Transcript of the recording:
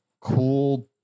cool